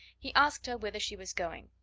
he asked her whither she was going.